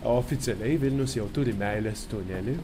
oficialiai vilnius jau turi meilės tunelį